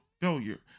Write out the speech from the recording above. failure